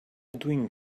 doing